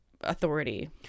authority